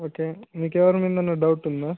okay మీకెవరి మీదనన్నా doubt ఉందా